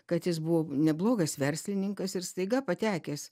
kad jis buvo neblogas verslininkas ir staiga patekęs